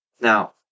Now